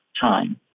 time